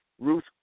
Ruth